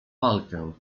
walkę